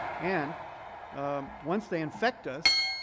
and once they infect us,